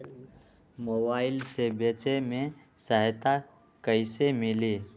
Mobile से बेचे में सहायता कईसे मिली?